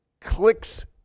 clicks